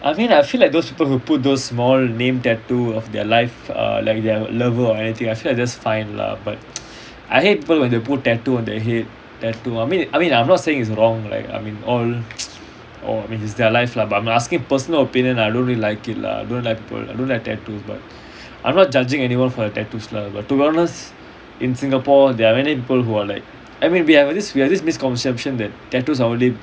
I think I feel like those people who put those small name tattoo of their life err like their lover or anything I feel like that's fine lah but I hate people they put tattoo on their head tattoo I mean I mean I'm not saying is wrong like I mean or or I mean it's their life lah but I'm asking personal opinion I don't really like it lah don't like people don't like tattoo but I'm not judging anyone for their tattoos lah but to be honest in singapore there are many people who are like I mean we have this we have this misconception that tattoos are only